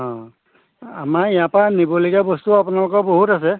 অঁ আমাৰ ইয়াৰ পৰা নিবলগীয়া বস্তু আপোনালোকৰ বহুত আছে